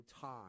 time